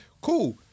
cool